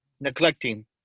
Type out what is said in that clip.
neglecting